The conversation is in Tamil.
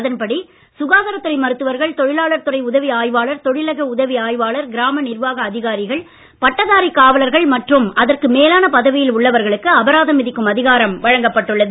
அதன்படி சுகாதாரத் துறை மருத்துவர்கள் தொழிலாளர் துறை உதவி ஆய்வாளர் தொழிலக உதவி ஆய்வாளர் கிராம நிர்வாக அதிகாரிகள் பட்டதாரி காவலர்கள் மற்றும் அதற்கு மேல் பதவியில் உள்ளவர்களுக்கு அபராதம் விதிக்கும் அதிகாரம் வழங்கப்பட்டுள்ளது